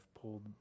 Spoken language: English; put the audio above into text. pulled